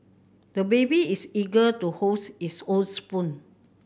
the baby is eager to hold his own spoon